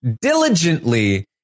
diligently